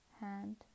hand